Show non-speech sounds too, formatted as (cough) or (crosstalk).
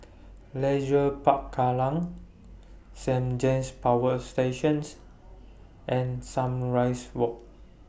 (noise) Leisure Park Kallang Saint James Power Station and Sunrise Walk